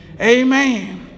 amen